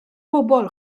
bobl